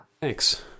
thanks